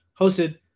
hosted